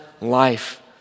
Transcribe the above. life